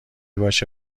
باشه